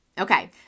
Okay